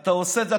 אתה עושה את זה,